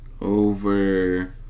over